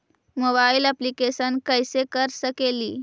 Mobile application कैसे कर सकेली?